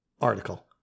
article